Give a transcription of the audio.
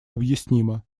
объяснима